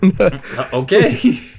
Okay